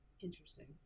interesting